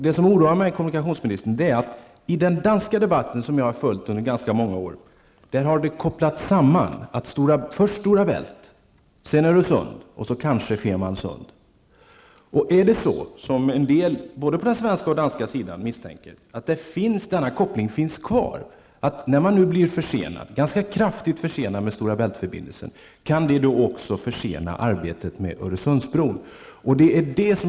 Det som oroar mig är att man i den danska debatten, som jag har följt under ganska många år, har kopplat samman Stora Bält, Öresund och kanske Fehmarnsund. En del människor både på den svenska och på den danska sidan misstänker att denna koppling finns kvar och att den kraftiga förseningen av Stora Bält-förbindelsen kan försena arbetet med Öresundsbron.